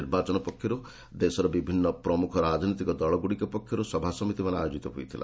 ନିର୍ବାଚନ ପୂର୍ବରୁ ଦେଶର ବିଭିନ୍ନ ପ୍ରମୁଖ ରାଜନୈତିକ ଦଳଗୁଡ଼ିକ ପକ୍ଷରୁ ସଭାସମିତିମାନ ଆୟୋଜିତ ହୋଇଥିଲା